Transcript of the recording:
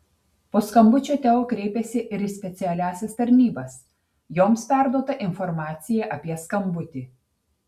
po skambučio teo kreipėsi ir į specialiąsias tarnybas joms perduota informacija apie skambutį